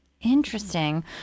Interesting